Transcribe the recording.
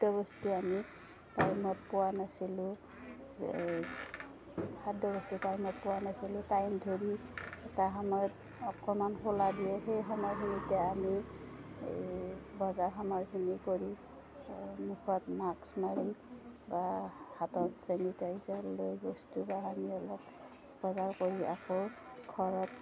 খাদ্যবস্তু আমি টাইমত পোৱা নাছিলোঁ খাদ্যবস্তু টাইমত পোৱা নাছিলোঁ টাইম ধৰি এটা সময়ত অকণমান খোলা দিয়ে সেই সময়খিনিতে আমি এই বজাৰ সমাৰকিনি কৰি মুখত মাক্স মাৰি বা হাতত চেনিটাইজাৰ লৈ বস্তু বাহানি অলপ বজাৰ কৰি আকৌ ঘৰত